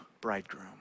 bridegroom